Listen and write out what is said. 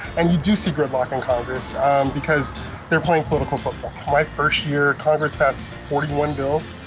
and you do see gridlock in congress because they're playing political football. my first year, congress passed forty one bills.